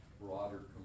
broader